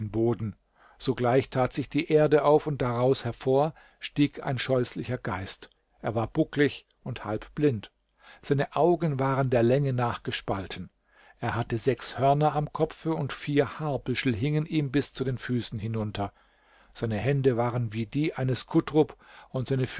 boden sogleich tat sich die erde auf und daraus hervor stieg ein scheußlicher geist er war bucklig und halbblind seine augen waren der länge nach gespalten er hatte sechs hörner am kopfe und vier haarbüschel hingen ihm bis zu den füßen hinunter seine hände waren wie die eines kutrub und seine